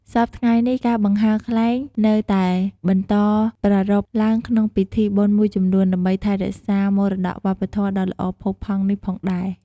សព្វថ្ងៃនេះ ការបង្ហើរខ្លែងនៅតែបន្តប្រារព្ធឡើងក្នុងពិធីបុណ្យមួយចំនួន ដើម្បីថែរក្សាមរតកវប្បធម៌ដ៏ល្អផូរផង់នេះផងដែរ។